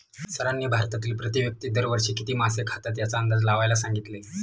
सरांनी भारतातील प्रति व्यक्ती दर वर्षी किती मासे खातात याचा अंदाज लावायला सांगितले?